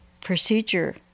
procedure